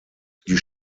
die